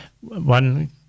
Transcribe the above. one